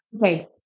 okay